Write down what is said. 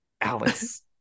alice